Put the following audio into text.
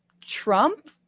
Trump